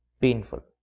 painful